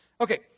Okay